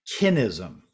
kinism